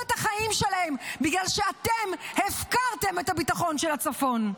את החיים שלהן בגלל שאתם הפקרתם את הביטחון של הצפון.